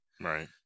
Right